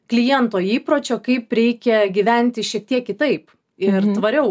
kliento įpročio kaip reikia gyventi šiek tiek kitaip ir tvariau